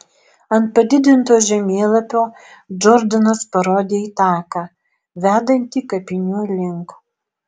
ant padidinto žemėlapio džordanas parodė į taką vedantį kapinių link